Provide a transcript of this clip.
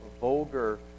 vulgar